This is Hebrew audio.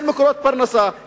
אין מקומות פרנסה,